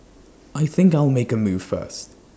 I think I'll make A move first